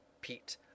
pete